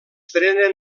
prenen